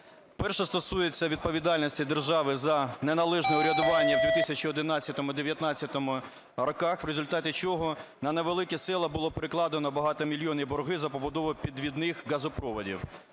Перше стосується відповідальності держави за неналежне урядування в 2011-2019 роках, в результаті чого на невеликі села було перекладено багатомільйонні борги за побудову підвідних газопроводів.